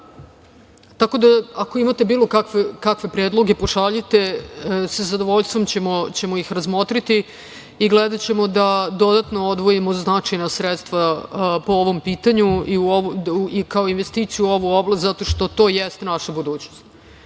žene. Tako da ako imate bilo kakve predloge pošaljite, sa zadovoljstvo ćemo ih razmotriti i gledaćemo da dodatno odvojimo značajna sredstva po ovom pitanju i kao investiciju u ovu oblast zato što to jeste naša budućnost.